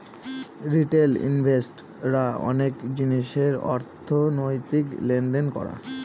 retail ইনভেস্ট রা অনেক জিনিসের অর্থনৈতিক লেনদেন করা